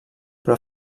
però